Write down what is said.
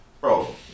bro